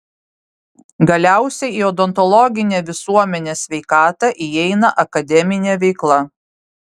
galiausiai į odontologinę visuomenės sveikatą įeina akademinė veikla